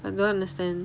I don't understand